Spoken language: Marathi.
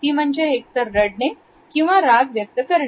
ती म्हणजे एकतर रडणे किंवा राग व्यक्त करणे